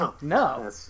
No